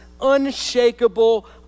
unshakable